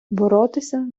боротися